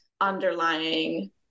underlying